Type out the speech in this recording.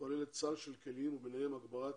כוללת סל של כלים וביניהם הגברת